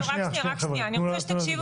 לא, רק שנייה, רק שנייה.